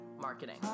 marketing